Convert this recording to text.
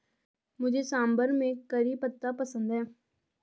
मुझे सांभर में करी पत्ता पसंद है